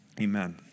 Amen